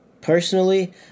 Personally